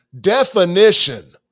definition